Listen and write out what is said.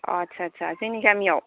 अ आच्चा आच्चा जोंनि गामियाव